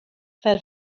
fel